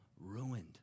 ruined